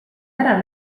ära